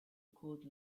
could